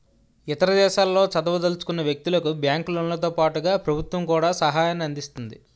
ఇతర దేశాల్లో చదవదలుచుకున్న వ్యక్తులకు బ్యాంకు లోన్లతో పాటుగా ప్రభుత్వం కూడా సహాయాన్ని అందిస్తుంది